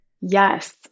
Yes